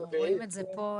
אנחנו רואים את זה פה.